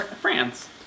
France